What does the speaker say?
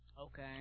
Okay